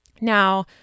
Now